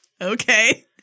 Okay